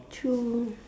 true